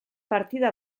partida